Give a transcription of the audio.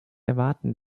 erwarten